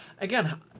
Again